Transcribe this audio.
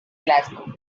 glasgow